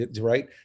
Right